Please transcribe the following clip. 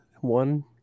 one